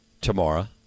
tomorrow